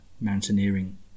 mountaineering